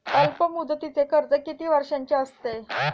अल्पमुदतीचे कर्ज किती वर्षांचे असते?